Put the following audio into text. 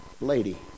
lady